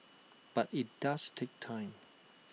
but IT does take time